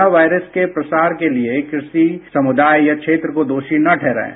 corona virus के प्रसार के लिए किसी समुदाय या क्षेत्र को दोषी न ठहराएं